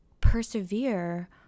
persevere